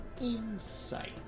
Insight